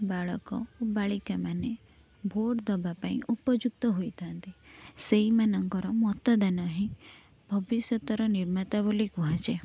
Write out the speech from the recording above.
ବାଳକ ବାଳିକାମାନେ ଭୋଟ ଦବାପାଇଁ ଉପଯୁକ୍ତ ହୋଇଥାନ୍ତି ସେଇମାନଙ୍କର ମତଦାନ ହିଁ ଭବିଷ୍ୟତର ନିର୍ମାତା ବୋଲି କୁହାଯାଏ